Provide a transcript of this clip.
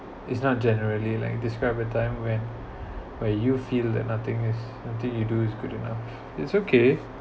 it's not generally like describe a time when where you feel that nothing is you do is good enough it's okay